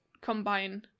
combine